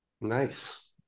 Nice